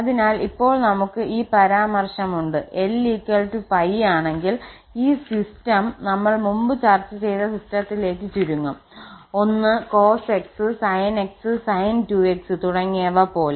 അതിനാൽ ഇപ്പോൾ നമുക്ക് ഈ പരാമർശമുണ്ട് 𝑙 𝜋 ആണെങ്കിൽ ഈ സിസ്റ്റം നമ്മൾ മുമ്പ് ചർച്ച ചെയ്ത സിസ്റ്റത്തിലേക്ക് ചുരുങ്ങും 1 cos 𝑥 sin 𝑥 sin 2𝑥 തുടങ്ങിയവ പോലെ